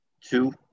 Two